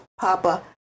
papa